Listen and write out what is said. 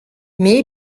mais